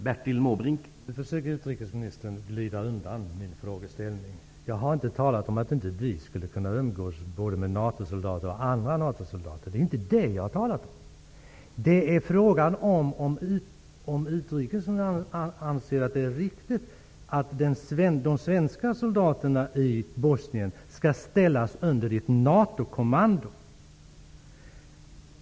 Herr talman! Nu försöker utrikesministern glida undan min frågeställning. Jag har inte talat om att vi inte skulle kunna umgås med NATO-soldater och andra soldater. Frågan är om utrikesministern anser att det är riktigt att de svenska soldaterna i Bosnien skall ställas under NATO-kommando.